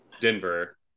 Denver